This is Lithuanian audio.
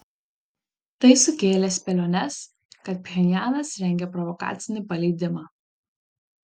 tai sukėlė spėliones kad pchenjanas rengia provokacinį paleidimą